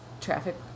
Traffic